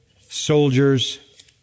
soldiers